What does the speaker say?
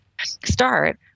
start